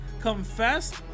confessed